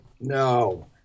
no